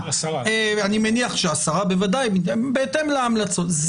השרה, בהתאם להמלצות.